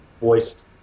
voice